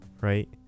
right